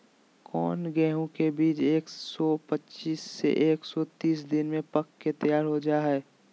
कौन गेंहू के बीज एक सौ पच्चीस से एक सौ तीस दिन में पक के तैयार हो जा हाय?